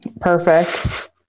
Perfect